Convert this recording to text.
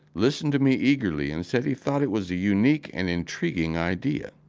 listened to me eagerly and said he thought it was a unique and intriguing idea.